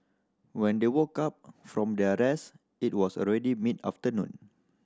when they woke up from their rest it was already mid afternoon